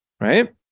right